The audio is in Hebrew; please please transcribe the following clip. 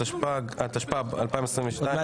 התשפ"ב-2022,